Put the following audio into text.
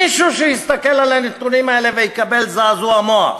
מי שיסתכל על הנתונים האלה יקבל זעזוע מוח.